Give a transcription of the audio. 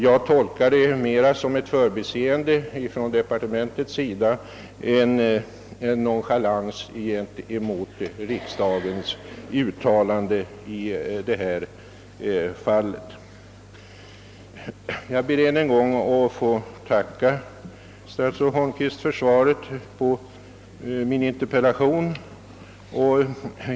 Jag tolkar detta mera som ett förbiseende av departementet än som nonchalans emot riksdagen i detta fall. Jag ber ännu en gång att få tacka statsrådet Holmqvist för svaret på min interpellation.